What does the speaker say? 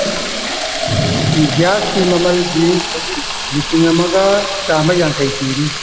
ꯒ꯭ꯌꯥꯁꯀꯤ ꯃꯃꯜꯗꯤ ꯍꯧꯖꯤꯛ ꯂꯤꯁꯤꯡ ꯑꯃꯒ ꯆꯥꯃ ꯌꯥꯡꯈꯩ ꯄꯤꯔꯤ